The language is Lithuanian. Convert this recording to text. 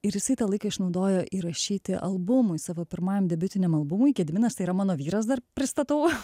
ir jisai tą laiką išnaudojo įrašyti albumui savo pirmajam debiutiniam albumui gediminas tai yra mano vyras dar pristatau